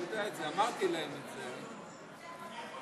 שיעלה שר.